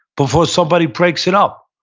before somebody breaks it up?